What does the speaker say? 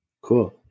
Cool